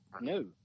No